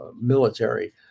military